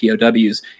POWs